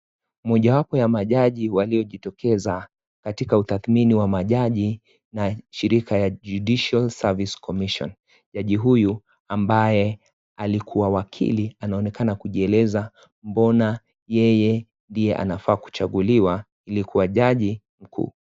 Moja wapo ya majaji walio jitokeza katika utathmini wa majaji, na shirika ya Judicial Service Commission. Jaji huyu ambaye alikua wakili, anaonekana kujieleza mbona yeye ndiye anafaa kuchaguliwa, ili kuwa jaji mkuu.